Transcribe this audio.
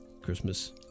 Christmas